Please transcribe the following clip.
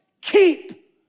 keep